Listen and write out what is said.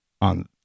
on